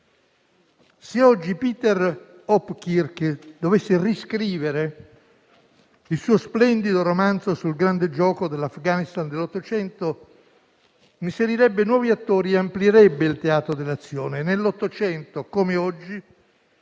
Se oggi Peter Hopkirk dovesse riscrivere il suo splendido romanzo «Il grande gioco» sull'Afghanistan dell'Ottocento, inserirebbe nuovi attori e amplierebbe il teatro dell'azione.